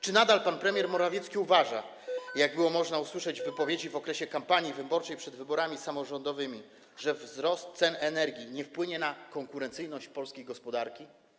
Czy pan premier Morawiecki nadal uważa, jak było można usłyszeć w wypowiedzi w okresie kampanii wyborczej przed wyborami samorządowymi, że wzrost cen energii nie wpłynie na konkurencyjność polskiej gospodarki?